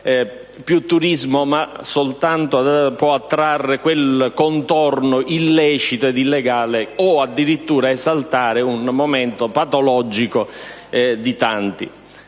possono soltanto attrarre quel contorno illecito illegale o addirittura esaltare un momento patologico di tanti.